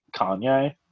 Kanye